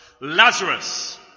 Lazarus